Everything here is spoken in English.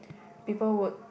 people would